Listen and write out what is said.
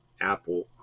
Apple